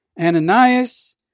Ananias